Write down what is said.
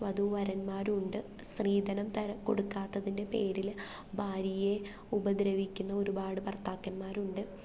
വധൂവരന്മാരുമുണ്ട് സ്ത്രീധനം തരാൻ കൊടുക്കാത്തതിൻ്റെ പേരിൽ ഭാര്യയെ ഉപദ്രവിക്കുന്ന ഒരുപാട് ഭർത്താക്കന്മാരുണ്ട്